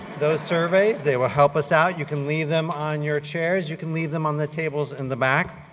those surveys, they will help us out. you can leave them on your chairs, you can leave them on the tables in the back.